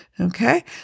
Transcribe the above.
Okay